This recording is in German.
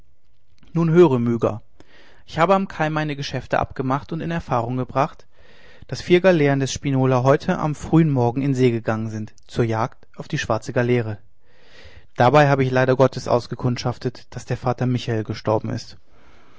nun höre myga ich habe am kai meine geschäfte abgemacht und in erfahrung gebracht daß vier galeeren des spinola heute am frühen morgen in see gegangen sind zur jagd auf die schwarze galeere dabei habe ich leider gottes ausgekundschaftet daß der vater michael gestorben ist